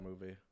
movie